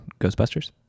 Ghostbusters